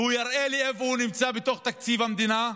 והוא יראה לי איפה הוא נמצא בתוך תקציב המדינה,